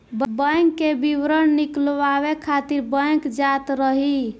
bank के विवरण निकालवावे खातिर बैंक जात रही